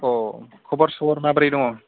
औ खबर सबर माबोरै दङ